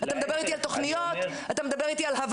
אתה מדבר איתי על תוכניות,